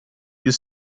you